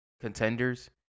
contenders